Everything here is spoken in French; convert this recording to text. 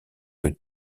que